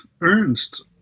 Ernst